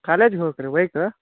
ಕಾಲೇಜಿಗೆ ಹೋಗಕ್ಕೆ ರೀ ಬೈಕು